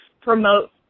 promote